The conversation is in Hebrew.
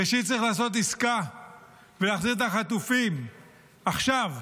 ראשית, צריך לעשות עסקה ולהחזיר את החטופים עכשיו,